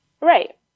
Right